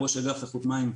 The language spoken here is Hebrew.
ראש אגף איכות מים?